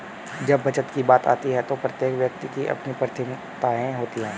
जब बचत की बात आती है तो प्रत्येक व्यक्ति की अपनी प्राथमिकताएं होती हैं